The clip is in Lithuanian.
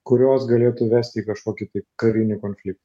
kurios galėtų vesti į kažkokį tai karinį konfliktą